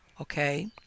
okay